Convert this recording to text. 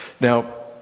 Now